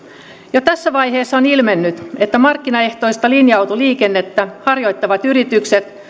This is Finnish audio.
jo tässä vaiheessa on ilmennyt että markkinaehtoista linja autoliikennettä harjoittavat yritykset